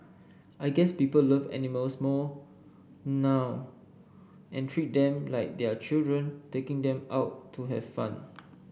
I guess people love animals more now and treat them like their children taking them out to have fun